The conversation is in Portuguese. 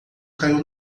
caiu